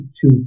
two